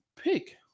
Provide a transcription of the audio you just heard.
pick